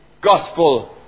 gospel